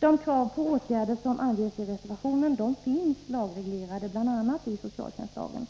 De krav på åtgärder som anges i reservationen finns lagreglerade, bl.a. i socialtjänstlagen.